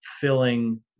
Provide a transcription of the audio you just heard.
filling